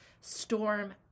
storm